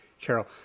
Carol